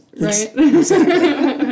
right